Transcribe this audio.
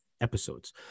episodes